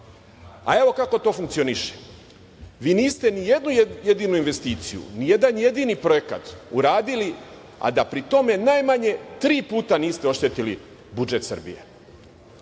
kako to funkcioniše. Vi niste ni jednu jedinu investiciju, ni jedan jedini projekat uradili, a da pri tome najmanje tri puta niste oštetili budžet Srbije.